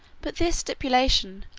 but this stipulation,